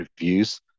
reviews